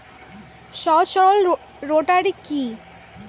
সহজ সরল রোটারি কি?